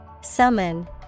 Summon